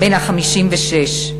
בן ה-56.